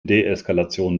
deeskalation